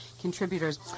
contributors